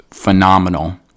Phenomenal